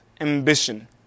ambition